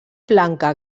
blanca